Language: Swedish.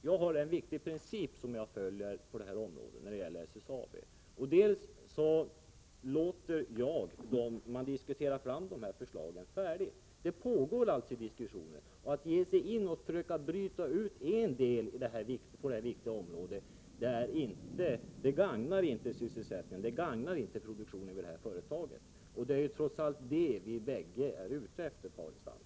Jag har en viktig princip som jag följer när det gäller SSAB. Jag —; I uleå låter vederbörande diskutera färdigt sådana här förslag. Det pågår alltid diskussioner, och att ge sig in och försöka bryta ut en del på detta viktiga område gagnar inte sysselsättningen och det gagnar inte produktionen vid företaget. Och det är ju trots allt det vi båda är ute efter, Paul Lestander.